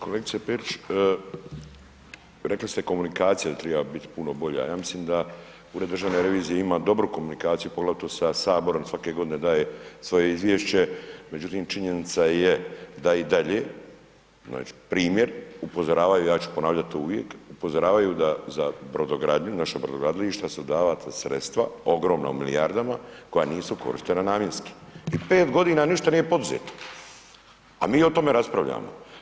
Kolegice Perić, rekli ste komunikacija da treba biti puno bolja, ja mislim da Ured državne revizije ima dobru komunikaciju poglavito sa Saborom svake godine daje svoje izvješće, međutim činjenica je da i dalje, znači primjer, upozoravaju i ja ću ponavljati to uvijek, upozoravaju da za brodogradnju, naša brodogradilišta su dala sredstva, ogromna u milijardama koja nisu korištena namjenski i 5 godina ništa nije poduzeto a mi o tome raspravljamo.